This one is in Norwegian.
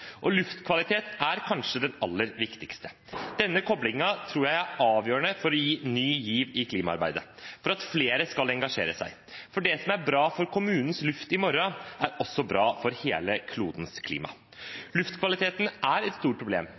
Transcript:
og luftkvalitet er kanskje den aller viktigste. Denne koblingen tror jeg er avgjørende for å gi ny giv i klimaarbeidet, for at flere skal engasjere seg. For det som er bra for kommunens luft i morgen, er også bra for hele klodens klima. Luftkvaliteten er et stort problem.